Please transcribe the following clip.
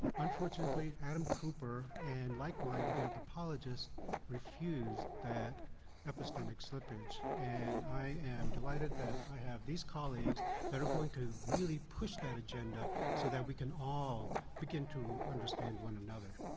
unfortunately, adam cooper and like-minded anthropologists refuse that epistemic slippage. and i am delighted that i have these colleagues that are going to really push that agenda, so that we can all begin to understand one another.